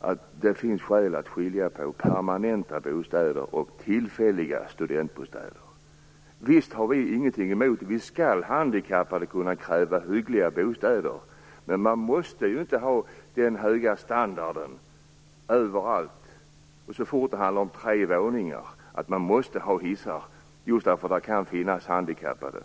att det finns skäl att skilja på permanenta bostäder och tillfälliga studentbostäder. Visst skall handikappade kunna kräva hyggliga bostäder - det har vi ingenting emot. Men man måste ju inte ha den höga standarden över allt. Man måste inte ha hissar så fort ett hus har tre våningar just för att det kan finnas handikappade.